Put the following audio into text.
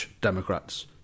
democrats